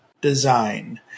design